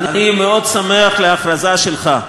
אני מאוד שמח על ההכרזה שלך.